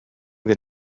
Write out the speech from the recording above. that